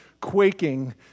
quaking